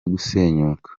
gusenyuka